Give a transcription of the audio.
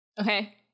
Okay